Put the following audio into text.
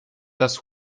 dass